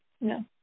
No